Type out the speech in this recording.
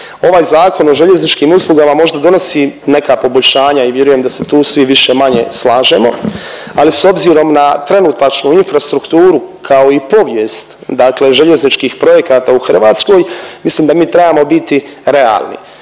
ovaj Zakon o željezničkim uslugama možda donosi neka poboljšanja i vjerujem da se tu svi više-manje slažemo. Ali s obzirom na trenutačnu infrastrukturu kao i povijest, dakle željezničkih projekata u Hrvatskoj mislim da mi trebamo biti realni